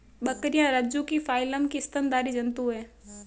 बकरियाँ रज्जुकी फाइलम की स्तनधारी जन्तु है